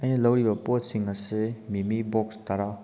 ꯑꯩꯅ ꯂꯧꯔꯤꯕ ꯄꯣꯠꯁꯤꯡ ꯑꯁꯤ ꯃꯤꯃꯤ ꯕꯣꯛꯁ ꯇꯔꯥ